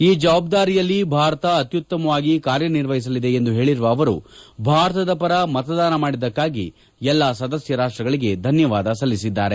ಈ ಜವಾಬ್ಲಾರಿಯಲ್ಲಿ ಭಾರತ ಅತ್ಸುತ್ತಮವಾಗಿ ಕಾರ್ಯನಿರ್ವಹಿಸಲಿದೆ ಎಂದು ಹೇಳಿರುವ ಅವರು ಭಾರತದ ಪರ ಮತದಾನ ಮಾಡಿದ್ದಕ್ಕಾಗಿ ಎಲ್ಲ ಸದಸ್ಯ ರಾಷ್ಟಗಳಿಗೆ ಧನ್ಯವಾದ ಸಲ್ಲಿಸಿದ್ದಾರೆ